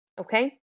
Okay